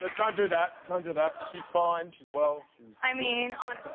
ah don't do that. don't do that. she's fine. she's well. she's i mean,